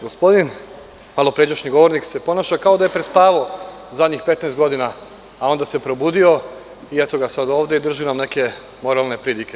Gospodin malopređašnji govornik se ponaša kao da je prespavao poslednjih 15 godina, a onda se probudio i eto ga sada ovde i drži nam neke moralne pridike.